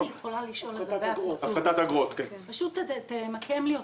אם אני יכולה לשאול, פשוט תמקם לי אותו.